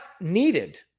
needed